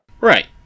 Right